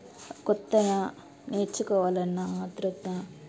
కొత్తగా నేర్చుకోవాలన్న ఆత్రుత